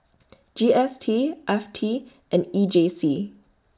G S T F T and E J C